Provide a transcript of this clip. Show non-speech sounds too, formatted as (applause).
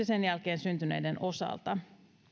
(unintelligible) sen jälkeen syntyneiden osalta